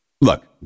look